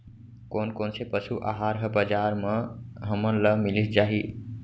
कोन कोन से पसु आहार ह बजार म हमन ल मिलिस जाही?